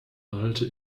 halte